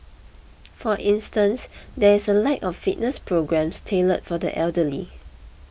for instance there is a lack of fitness programmes tailored for the elderly